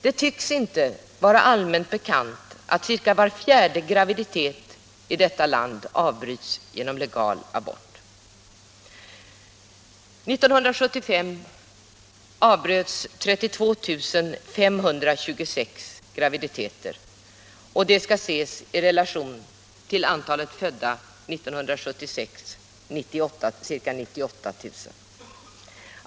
Det tycks inte vara allmänt bekant att ungefär var fjärde graviditet i detta land avbryts genom legal abort. År 1975 avbröts 32 526 graviditeter, och det skall ses i relation till antalet födda 1976, ca 98 000.